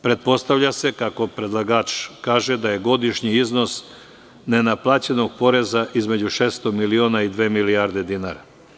Pretpostavlja se, kako predlagač kaže, da je godišnji iznos nenaplaćenog poreza između 600 miliona i dve milijarde dinara.